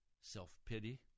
self-pity